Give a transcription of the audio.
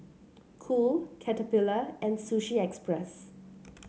Cool Caterpillar and Sushi Express